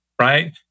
right